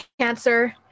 cancer